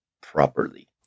properly